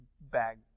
bag